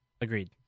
Agreed